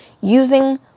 using